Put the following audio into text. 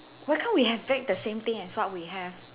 why can't we have beg the same thing as what we have